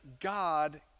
God